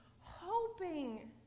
hoping